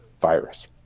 virus